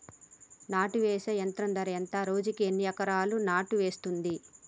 నాటు వేసే యంత్రం ధర ఎంత రోజుకి ఎన్ని ఎకరాలు నాటు వేస్తుంది?